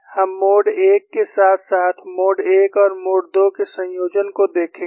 हम मोड 1 के साथ साथ मोड 1 और मोड 2 के संयोजन को देखेंगे